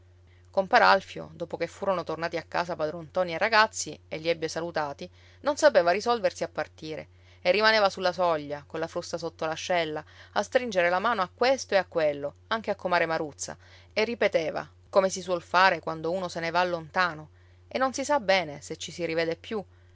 compar alfio dopo che furono tornati a casa padron ntoni e i ragazzi e li ebbe salutati non sapeva risolversi a partire e rimaneva sulla soglia colla frusta sotto l'ascella a stringere la mano a questo e a quello anche a comare maruzza e ripeteva come si suol fare quando uno se ne va lontano e non si sa bene se ci si rivede più